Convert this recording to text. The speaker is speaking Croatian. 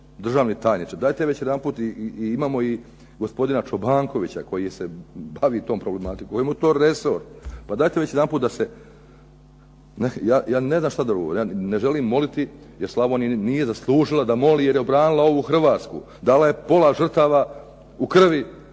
državni tajniče, dajte već jedanput, imamo i gospodina Čobankovića koji se bavi tom problematikom, kojemu je to resor. Pa dajte već jedanput da se ja ne znam šta da govorim. Ja ne želim moliti, jer Slavonija nije zaslužila da moli jer je obranila ovu Hrvatsku, dala je pola žrtava u krvi za